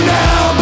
now